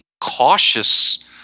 cautious